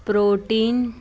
protein